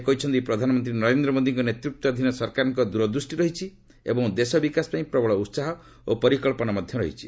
ସେ କହିଛନ୍ତି ପ୍ରଧାନମନ୍ତ୍ରୀ ନରେନ୍ଦ୍ର ମୋଦିଙ୍କ ନେତତ୍ୱାଧୀନ ସରକାରଙ୍କ ଦ୍ୱରଦୃଷ୍ଟି ରହିଛି ଏବଂ ଦେଶ ବିକାଶ ପାଇଁ ପ୍ରବଳ ଉତ୍ସାହ ଓ ପରିକ୍ଷନା ମଧ୍ୟ ରହିଛି